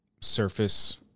surface